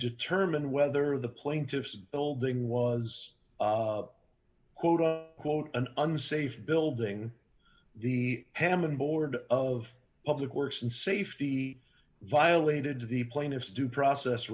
determine whether the plaintiff's building was quote a quote an unsafe building the hammond board of public works and safety violated the plaintiff's due process